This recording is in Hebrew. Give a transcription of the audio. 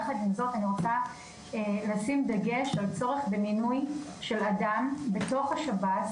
יחד עם זאת אני רוצה לשים דגש על צורך במינוי של אדם בתוך השב"ס